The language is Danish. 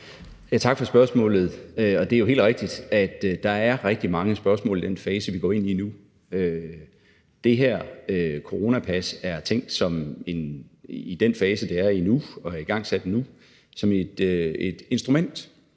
Tak for spørgsmålet. Det er jo helt rigtigt, at der er rigtig mange spørgsmål i den fase, vi går ind i nu. Det her coronapas er i den fase, der er igangsat nu, tænkt som et instrument,